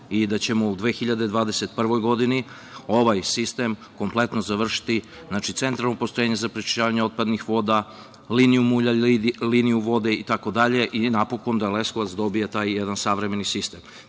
i da ćemo u 2021. godini ovaj sistem kompletno završiti, znači, centralno postrojenje za prečišćavanje otpadnih voda, liniju mulja, liniju vode itd. i napokon da Leskovac dobije taj jedan savremeni sistem. Takođe